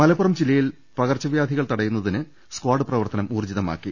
മലപ്പുറം ജില്ലയിൽ പകർച്ച വ്യാധികൾ തടയുന്നതിനായി സ്കാഡ് പ്രവർത്തനം ഉൌർജിതമാക്കി